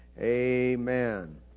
amen